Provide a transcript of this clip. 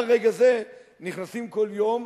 עד רגע זה נכנסים כל יום